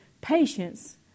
patience